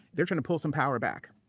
they're trying to pull some power back.